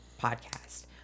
podcast